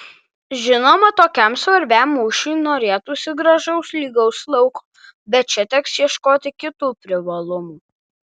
žinoma tokiam svarbiam mūšiui norėtųsi gražaus lygaus lauko bet čia teks ieškoti kitų privalumų